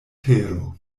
tero